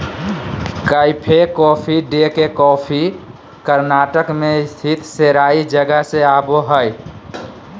cafe coffee day के coffee Karnataka मे स्थित सेराई जगह से आवो हय